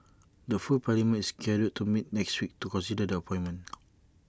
the full parliament is scheduled to meet next week to consider the appointment